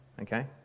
okay